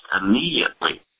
immediately